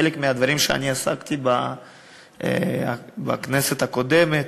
חלק מהדברים שעסקתי בהם בכנסת הקודמת.